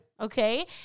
Okay